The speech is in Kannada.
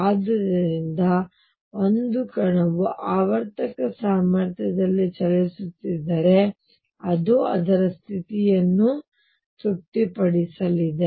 ಆದುದರಿಂದ ಒಂದು ಕಣವು ಆವರ್ತಕ ಸಾಮರ್ಥ್ಯದಲ್ಲಿ ಚಲಿಸುತ್ತಿದ್ದರೆ ಅದು ಅದರ ಸ್ಥಿತಿಯನ್ನು ತೃಪ್ತಿಪಡಿಸಲಿದೆ